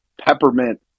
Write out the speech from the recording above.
peppermint